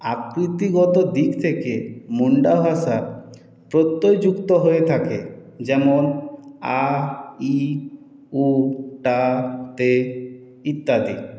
আকৃতিগত দিক থেকে মুন্ডা ভাষা প্রত্যয়যুক্ত হয়ে থাকে যেমন আ ই উ টা তে ইত্যাদি